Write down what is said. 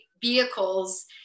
vehicles